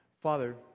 Father